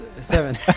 seven